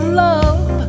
love